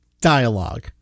Dialogue